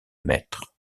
maitre